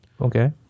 Okay